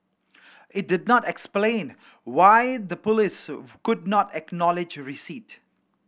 it did not explain why the police could not acknowledge receipt